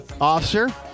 officer